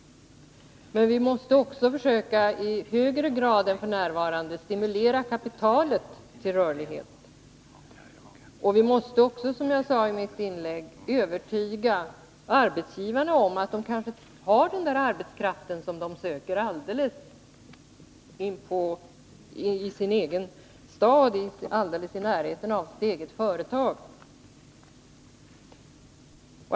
Men vi måste också försöka att i högre grad än f. n. stimulera kapitalet till rörlighet. Vi måste vidare, som jag sade i mitt förra inlägg, övertyga arbetsgivarna om att de kanske har den arbetskraft, som de söker, i sin egen stad eller alldeles i närheten av sitt eget företag.